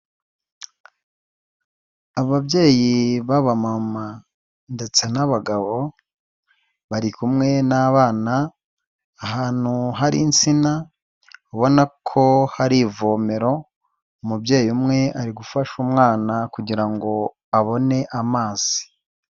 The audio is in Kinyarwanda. Ababyeyi b'abamama ndetse n'abagabo, bari kumwe n'abana ahantu hari insina ubona ko hari ivomero, umubyeyi umwe ari gufasha umwana kugira ngo abone amazi.